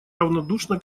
равнодушно